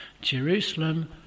Jerusalem